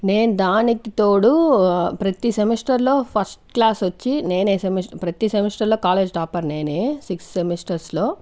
నేను దానికి తోడు ప్రతి సెమిస్టర్ లో ఫస్ట్ క్లాస్ వచ్చి నేనే సెమి ప్రతీ సెమిస్టర్ లో కాలేజ్ టాపర్ నేనే సిక్స్ సెమిస్టర్స్ లో